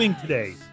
today